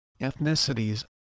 ethnicities